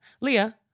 Leah